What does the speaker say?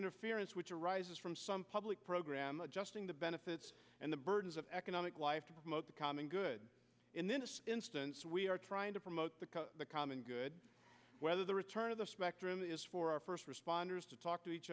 interference which arises from some public program adjusting the benefits and the burdens of economic life to the common good in this instance we are trying to promote the common good whether the return of the spectrum is for our first responders to talk to each